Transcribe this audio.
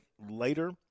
later